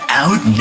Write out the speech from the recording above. out